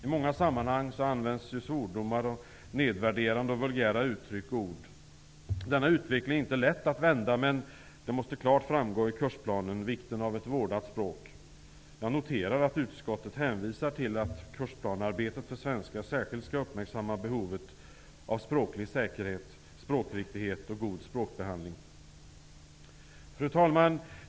I många sammanhang används svordomar, nedvärderande och vulgära uttryck och ord. Denna utveckling är inte lätt att vända, men vikten av ett vårdat språk måste klart framgå i kursplanen. Jag noterar att utskottet hänvisar till att man vid arbetet med kursplanen för svenska särskilt skall uppmärksamma behovet av språklig säkerhet, språkriktighet och god språkbehandling. Fru talman!